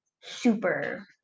super